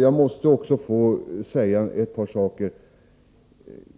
Jag måste också säga ett par saker till Olle Östrand.